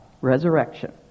resurrection